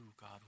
God